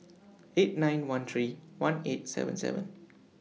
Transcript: eight nine one three one eight seven seven